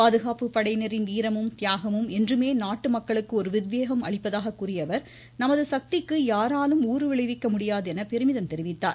பாதுகாப்பு படையினரின் வீரமும் தியாகமும் என்றுமே நாட்டு மக்களுக்கு ஒரு உத்வேகம் அளிப்பதாக கூறிய அவர் நமது சக்திக்கு யாராலும் ஊறுவிளைவிக்க முடியாது என்றும் பெருமிதம் தெரிவித்தார்